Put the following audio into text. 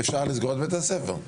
אפשר לסגור את בית הספר.